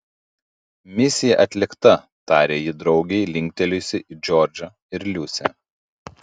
misija atlikta tarė ji draugei linktelėjusi į džordžą ir liusę